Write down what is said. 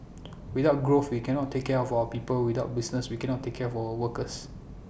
without growth we cannot take care of our people without business we cannot take care of our workers